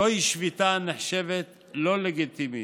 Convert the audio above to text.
זוהי שביתה הנחשבת לא לגיטימית,